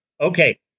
okay